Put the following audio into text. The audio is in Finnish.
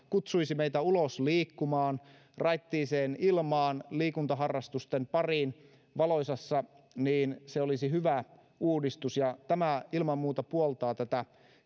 kutsuisi meitä ulos liikkumaan raittiiseen ilmaan liikuntaharrastusten pariin valoisassa niin se olisi hyvä uudistus ja tämä ilman muuta puoltaa tätä